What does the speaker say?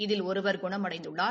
இதில் ஒருவர் குணமடைந்துள்ளார்